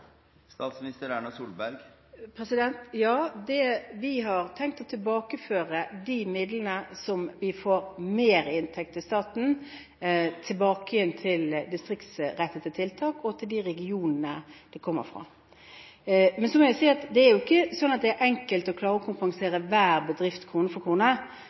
Ja, vi har tenkt å tilbakeføre de midlene som vi får i merinntekt til staten, til distriktsrettede tiltak og de regionene de kommer fra. Så vil jeg si at det ikke er enkelt å klare å kompensere hver bedrift krone for krone,